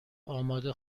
آماده